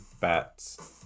Bats